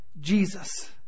Jesus